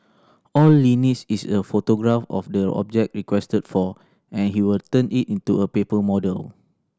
all Li needs is a photograph of the object requested for and he will turn it into a paper model